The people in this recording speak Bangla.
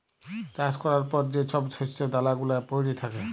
চাষ ক্যরার পর যে ছব শস্য দালা গুলা প্যইড়ে থ্যাকে